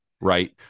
Right